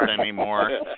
anymore